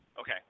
Okay